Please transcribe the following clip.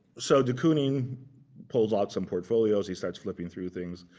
so de kooning pulls out some portfolios. he starts flipping through things.